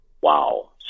wow